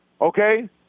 Okay